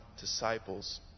disciples